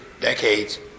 decades